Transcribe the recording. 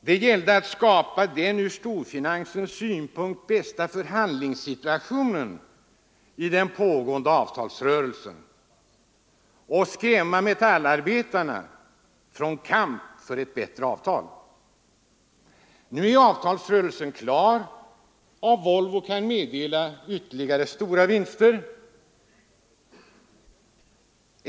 Det gällde att skapa den från storfinansens synpunkt bästa förhandlingssituationen i den pågående avtalsrörelsen och skrämma metallarbetarna från kamp för ett bättre avtal. Nu är avtalsuppgörelsen klar och Volvo kan meddela ytterligare stora vinster.